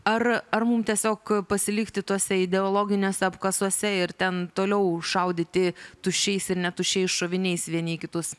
ar ar mum tiesiog pasilikti tose ideologiniuos apkasuose ir ten toliau šaudyti tuščiais ir netuščiais šoviniais vieni į kitus